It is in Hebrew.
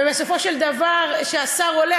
ובסופו של דבר כשהשר עולה,